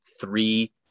three